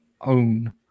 own